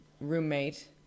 roommate